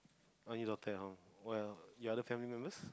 why you don't stay at home well your other family members